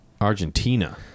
Argentina